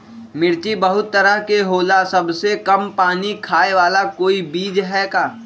मिर्ची बहुत तरह के होला सबसे कम पानी खाए वाला कोई बीज है का?